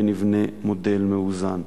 ונבנה מודל מאוזן.